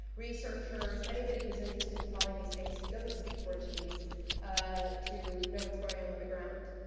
researchers, anybody who's interested in following these things who doesn't speak portuguese ah to know what's going on on the ground.